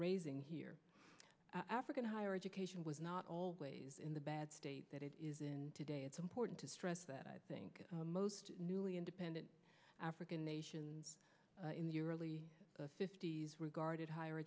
raising here african higher education was not always in the bad state that it is in today it's important to stress that i think most newly independent african nations in the early fifty's regarded higher